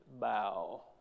bow